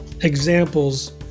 examples